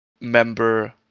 member